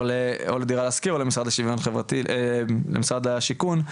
או ל"דירה להשכיר" או למשרד השיכון,